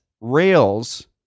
rails